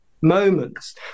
moments